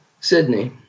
Sydney